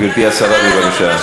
תודה רבה, אדוני.